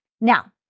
Now